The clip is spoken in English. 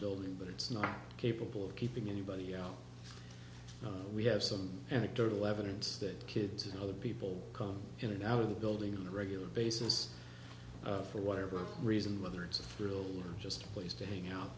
building but it's not capable of keeping anybody you know we have some anecdotal evidence that kids and other people come in and out of the building on the regular basis for whatever reason whether it's a thrill just place to hang out